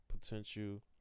potential